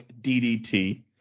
DDT